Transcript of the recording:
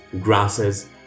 grasses